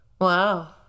Wow